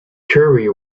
curry